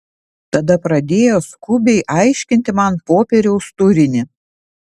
tada pradėjo skubiai aiškinti man popieriaus turinį